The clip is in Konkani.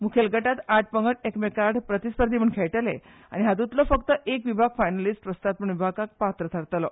मुखेल गटांत आठ पंगड एकामेका आड प्रतिस्पर्धी म्हणून खेळटाले आनी हातूंतलो फकत एक विभाग फायनलीस्ट वस्तादपण विभागाक पात्र थारतलो